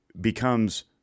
becomes